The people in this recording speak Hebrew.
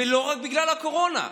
ולא רק בגלל הקורונה.